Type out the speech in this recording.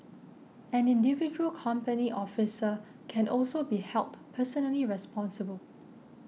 an individual company officer can also be held personally responsible